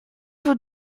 vous